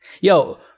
Yo